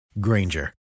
Granger